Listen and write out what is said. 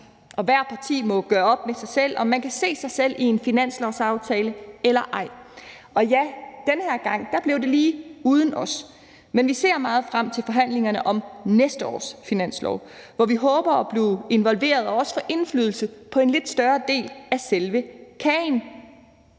og hvert parti må gøre op med sig selv, om de kan se sig selv i en finanslovsaftale eller ej. Og ja, den her gang blev det lige uden os. Men vi ser meget frem til forhandlingerne om næste års finanslov, hvor vi håber at blive involveret og også få indflydelse på en lidt større del af selve kagen.